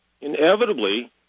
inevitably